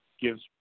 gives